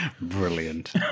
Brilliant